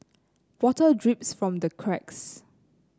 water drips from the cracks